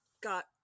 got